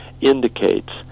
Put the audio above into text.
indicates